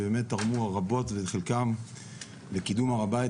שבאמת תרמו רבות בחלקם לקידום הר הבית.